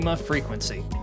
Frequency